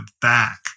back